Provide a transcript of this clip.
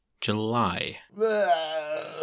July